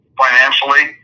Financially